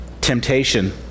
Temptation